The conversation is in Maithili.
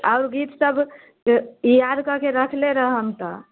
आओर गीतसभ याद कऽ के रखले रहम तऽ